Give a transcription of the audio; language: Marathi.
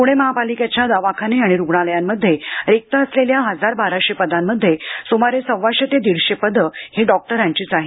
पुणे महापालिकेच्या दवाखाने आणि रुग्णालयांमध्ये रिक्त असलेल्या हजार बाराशे पदांमध्ये सुमारे सव्वाशे ते दीडशे पदं ही डॉक्टरांचीच आहेत